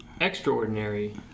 Extraordinary